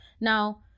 now